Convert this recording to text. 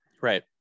Right